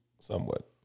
Somewhat